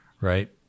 right